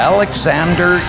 Alexander